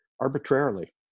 arbitrarily